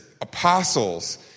apostles